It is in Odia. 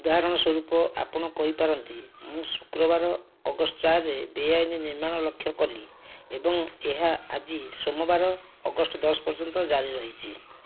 ଉଦାହରଣ ସ୍ୱରୂପ ଆପଣ କହିପାରନ୍ତି ମୁଁ ଶୁକ୍ରବାର ଅଗଷ୍ଟ ଚାରିରେ ବେଆଇନ ନିର୍ମାଣ ଲକ୍ଷ୍ୟ କଲି ଏବଂ ଏହା ଆଜି ସୋମବାର ଅଗଷ୍ଟ ଦଶ ପର୍ଯ୍ୟନ୍ତ ଜାରି ରହିଛି